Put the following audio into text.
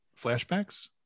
flashbacks